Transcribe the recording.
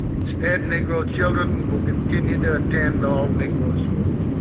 instead, negro children will continue to attend all-negro school.